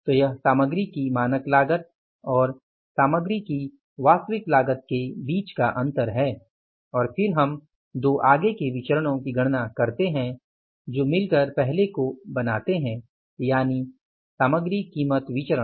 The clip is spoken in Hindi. तो यह सामग्री की मानक लागत और सामग्री की वास्तविक लागत के बीच का अंतर है और फिर हम 2 आगे के विचरणो की गणना करते हैं जो मिलकर पहले को बनाते हैं यानि सामग्री कीमत विचरण